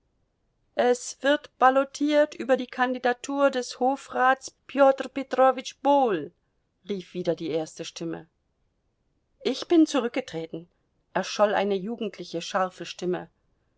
es wird ballotiert über die kandidatur des hofrats peter petrowitsch bohl rief wieder die erste stimme ich bin zurückgetreten erscholl eine jugendliche scharfe stimme